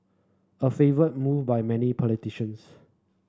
a favoured move by many politicians